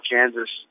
Kansas